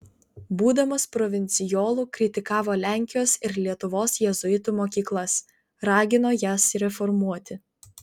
būdamas provincijolu kritikavo lenkijos ir lietuvos jėzuitų mokyklas ragino jas reformuoti